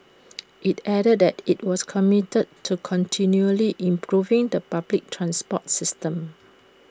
IT added that IT was committed to continually improving the public transport system